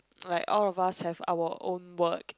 like all of us have our own work